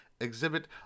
exhibit